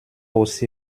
aussi